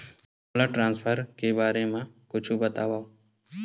मोला ट्रान्सफर के बारे मा कुछु बतावव?